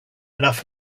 enough